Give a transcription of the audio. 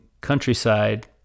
countryside